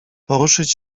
poruszyć